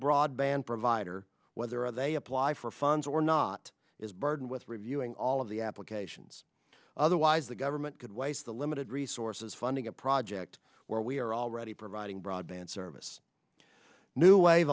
broadband provider whether they apply for funds or not is burdened with reviewing all of the applications otherwise the government could waste the limited resources funding a project where we are already providing broadband service new wave